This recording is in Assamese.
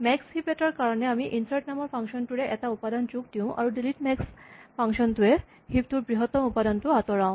মেক্স হিপ এটাৰ কাৰণে আমি ইনচাৰ্ট নামৰ ফাংচন টোৰে এটা উপাদান যোগ দিওঁ আৰু ডিলিট মেক্স নামৰ ফাংচন টোৰে হিপ টোৰ বৃহত্তম উপাদানটো আতঁৰাও